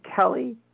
Kelly